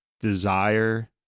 desire